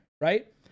right